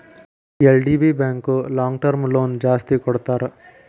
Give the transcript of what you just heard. LDB bank long term loan ಜಾಸ್ತಿ ಕೊಡ್ತಾರ